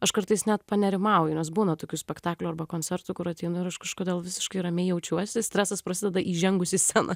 aš kartais net panerimauju nes būna tokių spektaklių arba koncertų kur ateinu ir aš kažkodėl visiškai ramiai jaučiuosi stresas prasideda įžengus į sceną